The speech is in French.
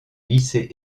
lycée